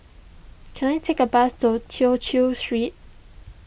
can I take a bus to Tew Chew Street